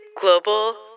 Global